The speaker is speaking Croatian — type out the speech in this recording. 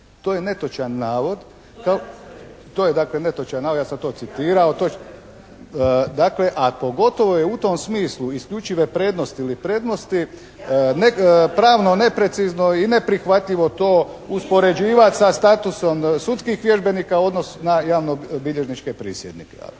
dakle netočan navod. Ja sam to citirao. Dakle, a pogotovo je u tom smislu isključive prednosti ili prednosti pravno neprecizno i neprihvatljivo to uspoređivati sa statusom sudskih vježbenika u odnos na javnobilježničke prisjednike.